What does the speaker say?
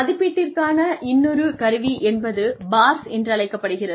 மதிப்பீட்டிற்கான இன்னொரு கருவி என்பது BARS என்றழைக்கப்படுகிறது